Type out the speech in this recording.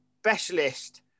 specialist